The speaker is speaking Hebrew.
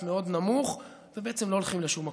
מאוד נמוך ובעצם לא הולכים לשום מקום,